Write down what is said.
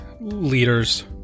leaders